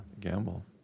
Gamble